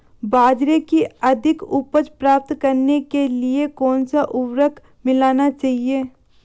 बाजरे की अधिक उपज प्राप्त करने के लिए कौनसा उर्वरक मिलाना चाहिए?